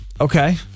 Okay